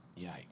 Yikes